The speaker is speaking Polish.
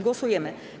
Głosujemy.